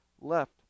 left